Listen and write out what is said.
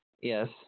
Yes